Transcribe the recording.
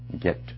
get